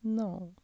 نہ